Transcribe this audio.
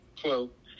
quote